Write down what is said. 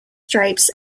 stripes